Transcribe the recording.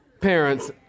Parents